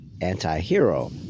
anti-hero